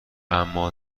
اما